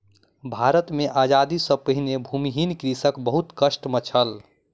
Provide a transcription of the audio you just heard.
भारत मे आजादी सॅ पहिने भूमिहीन कृषक बहुत कष्ट मे छल